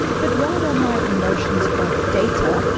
but rather, my emotions are data,